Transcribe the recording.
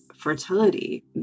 fertility